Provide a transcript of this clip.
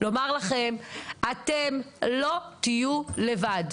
רוצה לומר לכם שאתם לא תהיו לבד.